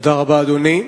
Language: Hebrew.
תודה רבה, אדוני.